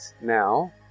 now